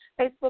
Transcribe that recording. Facebook